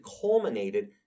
culminated